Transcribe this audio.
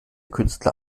künstler